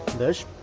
this,